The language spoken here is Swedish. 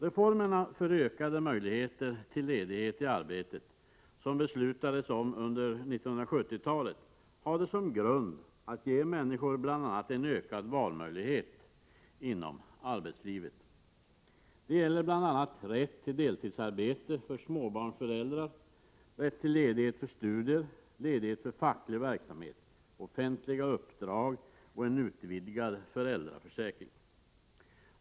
Reformerna för ökade möjligheter till ledighet i arbetet, som beslutades under 1970-talet, har som grund att ge människor bl.a. ökad valfrihet inom arbetslivet. Det gäller bl.a. rätt till deltidsarbete för småbarnsföräldrar, rätt till ledighet för studier, för facklig verksamhet, för offentliga uppdrag samt en utvidgning av föräldraförsäkringen.